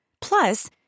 Plus